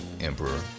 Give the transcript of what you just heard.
Emperor